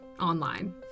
online